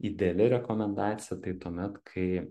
ideali rekomendacija tai tuomet kai